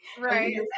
Right